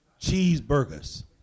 cheeseburgers